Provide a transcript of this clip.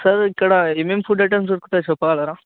sir ఇక్కడ ఏం ఏం ఫుడ్ ఐటమ్స్ దొరుకుతాయి చెప్పగలరా